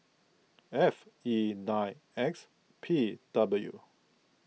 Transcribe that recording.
F E nine X P W